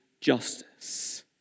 justice